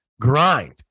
grind